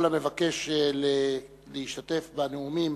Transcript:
כל המבקש להשתתף בנאומים